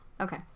Okay